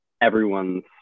everyone's